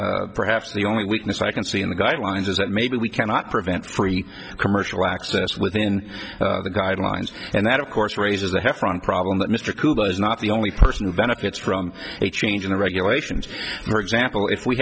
perhaps the only weakness i can see in the guidelines is that maybe we cannot prevent free commercial access within the guidelines and that of course raises a different problem that mr cooper is not the only person who benefits from a change in the regulations for example if we